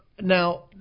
Now